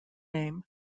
name